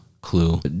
clue